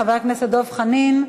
חבר הכנסת דב חנין.